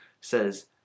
says